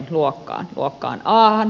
luokkaan a ja luokkaan b